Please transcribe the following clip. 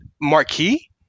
marquee